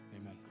Amen